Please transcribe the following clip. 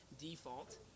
default